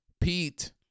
Pete